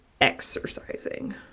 exercising